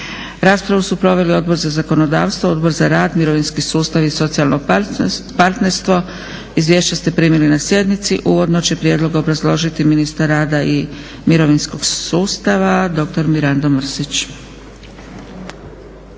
Raspravu su proveli Odbor za zakonodavstvo, Odbor za rad, mirovinski sustav i socijalno partnerstvo. Izvješća ste primili na sjednici. Uvodno će prijedlog obrazložiti ministar rada i mirovinskog sustava dr. Mirando Mrsić.